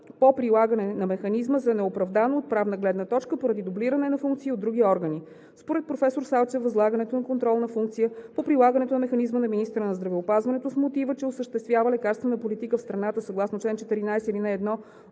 по прилагане на механизма за неоправдано от правна гледна точка поради дублиране на функции на други органи. Според професор Салчев възлагането на контролна функция по прилагането на механизма на министъра на здравеопазването с мотива, че осъществява лекарствената политика в страната съгласно чл. 14, ал. 1